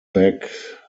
back